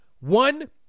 one